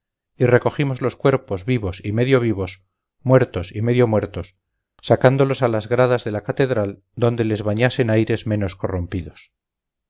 y recogimos los cuerpos vivos y medio vivos muertos y medio muertos sacándolos a las gradas de la catedral donde les bañasen aires menos corrompidos